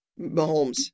Mahomes